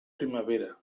primavera